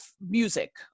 music